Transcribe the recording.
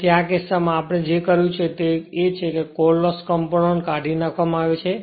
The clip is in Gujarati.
તેથી આ કિસ્સામાં આપણે જે કર્યું છે તે છે કે કોર લોસ કમ્પોનન્ટ કાઢી નાખવામાં આવે છે